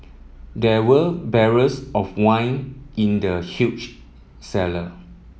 there were barrels of wine in the huge cellar